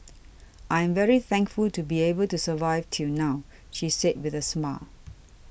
I am very thankful to be able to survive till now she said with a smile